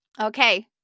Okay